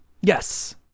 Yes